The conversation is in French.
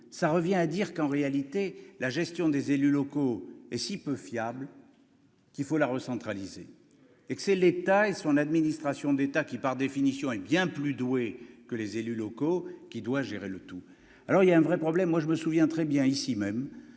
ça revient à dire qu'en réalité la gestion des élus locaux et si peu fiable qu'il faut la recentraliser et que c'est l'État et son administration d'état qui par définition est bien plus doué que les élus locaux qui doit gérer le tout, alors il y a un vrai problème, moi je me souviens très bien, ici même,